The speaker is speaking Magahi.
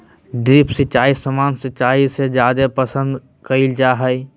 ड्रिप सिंचाई सामान्य सिंचाई से जादे पसंद कईल जा हई